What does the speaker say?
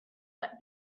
but